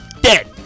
Dead